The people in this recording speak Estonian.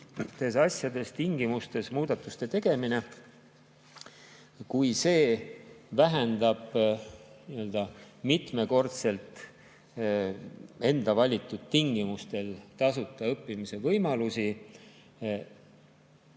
niisugustes tingimustes muudatuste tegemine, juhul kui see vähendab mitmekordselt enda valitud tingimustel tasuta õppima asumise võimalusi,